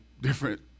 different